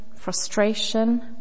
Frustration